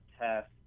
test